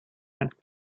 and